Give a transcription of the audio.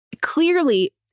clearly